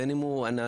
בין אם הוא אנס,